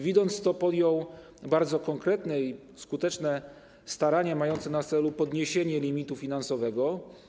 Widząc to, podjął bardzo konkretne i skuteczne starania mające na celu podniesienie limitu finansowego.